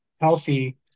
healthy